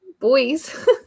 Boys